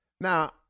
Now